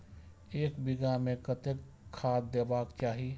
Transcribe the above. एक बिघा में कतेक खाघ देबाक चाही?